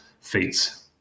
feats